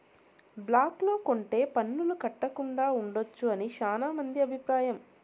black లో కొంటె పన్నులు కట్టకుండా ఉండొచ్చు అని శ్యానా మంది అభిప్రాయం